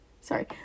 Sorry